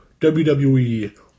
WWE